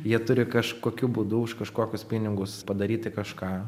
jie turi kažkokiu būdu už kažkokius pinigus padaryti kažką